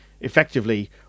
effectively